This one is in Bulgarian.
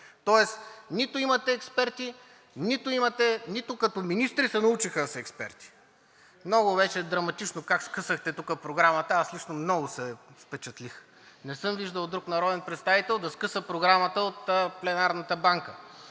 тоест нито имате експерти, нито като министри се научиха да са експерти. Много беше драматично как скъсахте тук програмата, аз лично много се впечатлих. Не съм виждал друг народен представител да скъса програмата от пленарната банка.